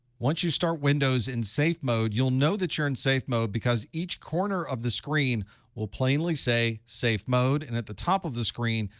once you start windows in safe mode, you'll know that you're in safe mode because each corner of the screen will plainly plainly say safe mode. and at the top of the screen,